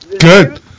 Good